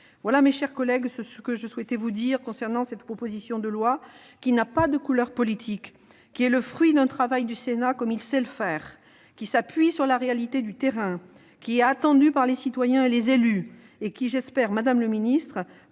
Voilà, mes chers collègues, ce que je souhaitais vous dire concernant cette proposition de loi, qui n'a pas de couleur politique- elle est le fruit d'un travail du Sénat, comme celui-ci sait en faire -, qui s'appuie sur la réalité du terrain, qui est attendue par les citoyens et les élus, et dont j'espère, madame la secrétaire